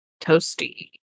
toasty